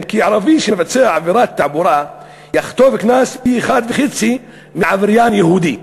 כי ערבי שמבצע עבירת תעבורה יחטוף קנס פי-1.5 מעבריין יהודי.